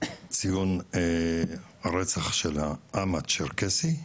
ציון רצח של העם הצ'רקסי,